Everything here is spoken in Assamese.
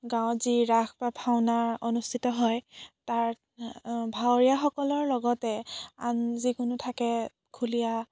গঁৱত যি ৰাস বা ভাওনা অনুষ্ঠিত হয় তাৰ ভাৱৰীয়াসকলৰ লগতে আন যিকোনো থাকে খুলীয়া